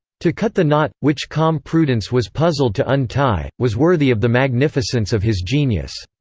to cut the knot, which calm prudence was puzzled to untie, was worthy of the magnificence of his genius.